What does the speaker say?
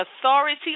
authority